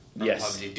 Yes